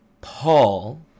paul